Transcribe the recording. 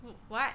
what